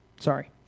Sorry